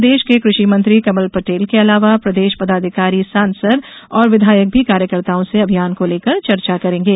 प्रदेश के कृषि मंत्री कमल पटेल के अलावा प्रदेश पदाधिकारी सांसद और विधायक भी कार्यकर्ताओं से अभियान को लेकर चर्चा करेंगे